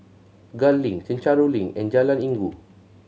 Gul Link Chencharu Link and Jalan Inggu